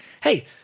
hey